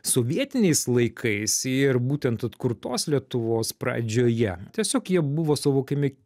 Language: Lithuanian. sovietiniais laikais ir būtent atkurtos lietuvos pradžioje tiesiog jie buvo suvokiami